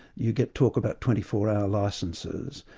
you get talk about twenty four hour licences.